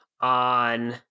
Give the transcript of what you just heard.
on